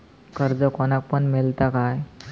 कर्ज कोणाक पण मेलता काय?